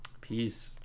Peace